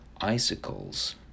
icicles